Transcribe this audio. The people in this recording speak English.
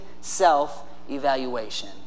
self-evaluation